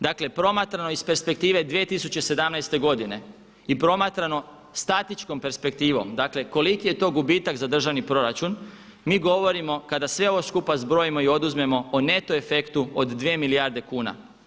Dakle promatrano iz perspektive 2017. godine i promatrano statičkom perspektivom, dakle koliki je to gubitak za državni proračun, mi govorimo kada sve ovo skupa zbrojimo o neto efektu od 2 milijarde kuna.